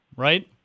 right